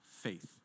faith